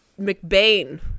McBain